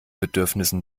bedürfnissen